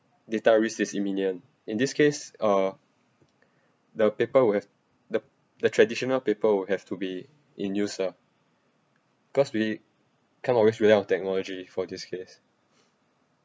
data risk is imminiant in this case uh the paper will have the the traditional paper will have to be in use ah cause we can't always rely on technology for this case